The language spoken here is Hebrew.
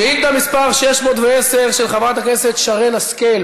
שאילתה מס' 610 של חברת הכנסת שרן השכל,